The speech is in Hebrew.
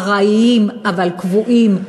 ארעיים אבל קבועים,